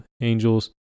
Angels